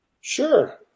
Sure